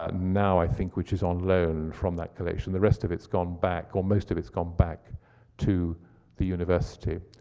now, i think, which is on loan from that collection. the rest of it's gone back, or most of it's gone back to the university.